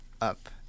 up